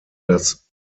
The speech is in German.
das